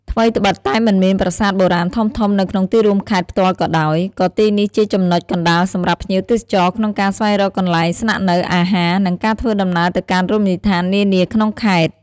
ថ្វីត្បិតតែមិនមានប្រាសាទបុរាណធំៗនៅក្នុងទីរួមខេត្តផ្ទាល់ក៏ដោយ ក៏ទីនេះជាចំណុចកណ្ដាលសម្រាប់ភ្ញៀវទេសចរក្នុងការស្វែងរកកន្លែងស្នាក់នៅ អាហារ និងការធ្វើដំណើរទៅកាន់រមណីយដ្ឋាននានាក្នុងខេត្ត។